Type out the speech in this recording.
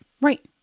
Right